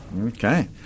okay